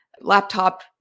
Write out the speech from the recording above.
laptop